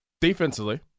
Defensively